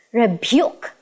rebuke